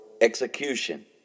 execution